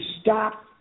stop